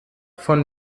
von